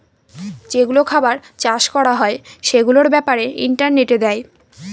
যেগুলো খাবার চাষ করা হয় সেগুলোর ব্যাপারে ইন্টারনেটে দেয়